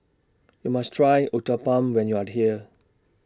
YOU must Try Uthapam when YOU Are here